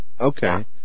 Okay